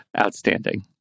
outstanding